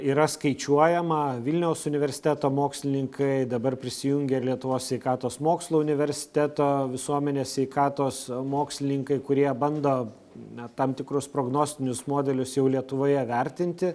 yra skaičiuojama vilniaus universiteto mokslininkai dabar prisijungė ir lietuvos sveikatos mokslų universiteto visuomenės sveikatos mokslininkai kurie bando na tam tikrus prognostinius modelius jau lietuvoje vertinti